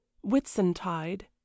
Whitsuntide